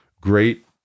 great